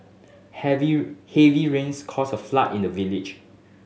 heavy heavy rains caused a flood in the village